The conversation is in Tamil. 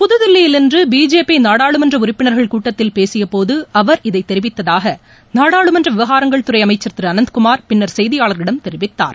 புதுதில்லியில் இன்று பிஜேபி நாடாளுமன்ற உறுப்பினர்கள் கூட்டத்தில் பேசியபோது அவர் இதை தெரிவித்தாக நாடாளுமன்ற விவகாரங்கள் துறை அமைச்சர் திரு அனந்த்குமார் பின்னர் செய்தியாளர்களிடம் தெரிவித்தார்